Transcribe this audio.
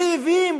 רעבים,